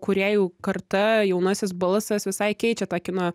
kūrėjų karta jaunasis balsas visai keičia tą kino